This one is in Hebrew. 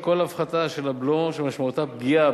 כי כל הפחתה של הבלו שמשמעותה פגיעה